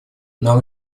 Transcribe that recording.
нам